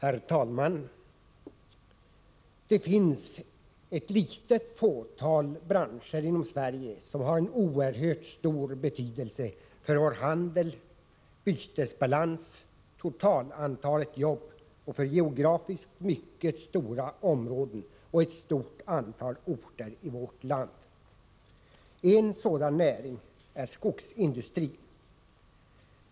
Herr talman! Det finns ett litet fåtal branscher inom Sverige som har en oerhört stor betydelse för vår handel, för vår bytesbalans och för det totala antalet jobb samt för geografiskt mycket stora områden och för ett stort antal orter i vårt land. En sådan näring är skogsindustrin.